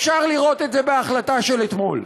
אפשר לראות את זה בהחלטה של אתמול.